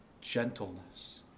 gentleness